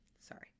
sorry